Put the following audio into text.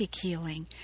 healing